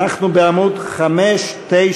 אנחנו בעמוד 596,